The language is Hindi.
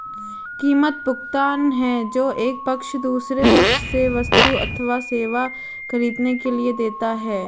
कीमत, भुगतान है जो एक पक्ष दूसरे पक्ष से वस्तु अथवा सेवा ख़रीदने के लिए देता है